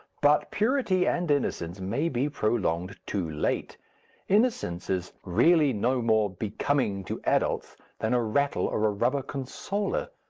but purity and innocence may be prolonged too late innocence is really no more becoming to adults than a rattle or a rubber consoler,